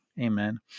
Amen